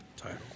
Title